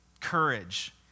courage